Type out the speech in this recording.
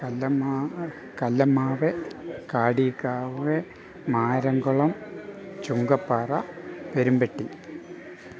കല്ലമ്മാവെ കല്ലമ്മാവെ കാടിക്കാവേ മാരൻകുളം ചുങ്കപ്പാറ എരിമ്പെട്ടി